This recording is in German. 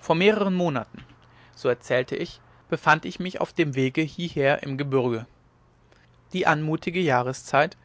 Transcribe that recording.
vor mehreren monaten so erzählte ich befand ich mich auf dem wege hieher im gebürge die anmutige jahreszeit